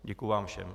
Děkuju vám všem.